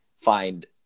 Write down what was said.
find